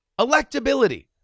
Electability